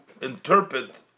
interpret